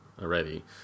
already